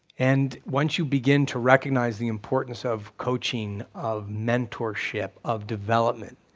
and once you begin to recognize the importance of coaching, of mentorship, of development,